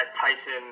Tyson